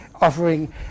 offering